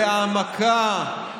להעמקה,